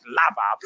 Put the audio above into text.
lava